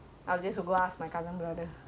ya that's smart that's smart